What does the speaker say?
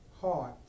heart